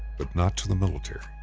but not to the military.